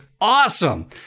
awesome